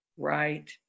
Right